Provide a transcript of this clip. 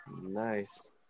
nice